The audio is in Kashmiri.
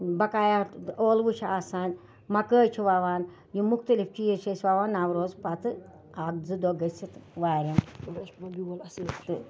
بقایات ٲلوٕ چھِ آسان مَکٲے چھِ وَوان یِم مختف چیٖز چھِ أسۍ وَوان نَوروز پَتہٕ اَکھ زٕ دۄہ گٔژھِتھ وارٮ۪ن تہٕ